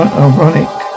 ironic